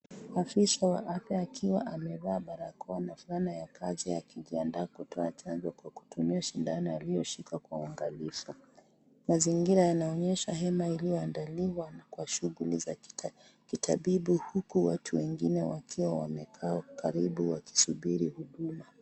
Afisa wa afya akiwa amevaa barakoa na fulana ya kazi akijiandaa kutoa chanjo kwa kutumia sindano aliyoshika kwa uangalifu. Mazingira haya yanaonyesha hema iliyoandaliwa kwa shughuli za kitabibu huku watu wengine wakiwa wemekaa karibu wakisubiri huduma.